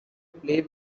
play